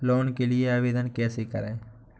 Loan के लिए आवेदन कैसे करें?